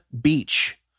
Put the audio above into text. beach